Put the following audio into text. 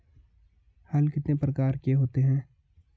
हल कितने प्रकार के होते हैं?